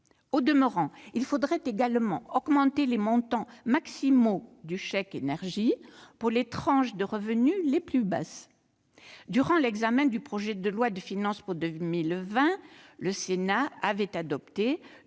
Au demeurant, il faudrait également augmenter les montants maximaux du chèque énergie pour les tranches de revenus les plus basses. Durant l'examen du projet de loi de finances pour 2020, le Sénat avait adopté